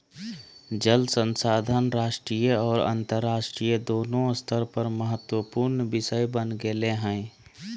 जल संसाधन राष्ट्रीय और अन्तरराष्ट्रीय दोनों स्तर पर महत्वपूर्ण विषय बन गेले हइ